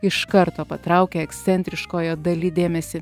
iš karto patraukia ekscentriškojo dali dėmesį